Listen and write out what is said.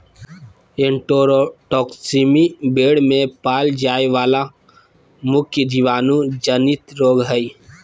enterotoxaemia भेड़ में पाल जाय वला मुख्य जीवाणु जनित रोग हइ